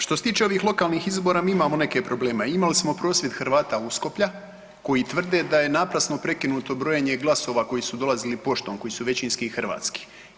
Što se tiče ovih lokalnih izbora mi imamo neke probleme, imali smo prosvjed Hrvata Uskoplja koji tvrde da je naprasno prekinuto brojenje glasova koji su dolazili poštom koji su većinski hrvatski.